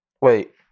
Wait